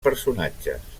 personatges